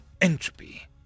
Entropy